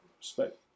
Respect